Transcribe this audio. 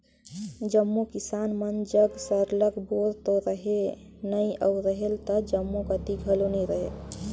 जम्मो किसान मन जग सरलग बोर तो रहें नई अउ रहेल त जम्मो कती घलो नी रहे